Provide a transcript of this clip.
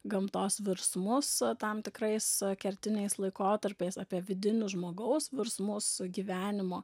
gamtos virsmus tam tikrais kertiniais laikotarpiais apie vidinius žmogaus virsmus su gyvenimo